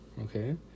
okay